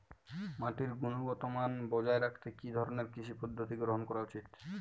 মাটির গুনগতমান বজায় রাখতে কি ধরনের কৃষি পদ্ধতি গ্রহন করা উচিৎ?